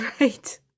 Right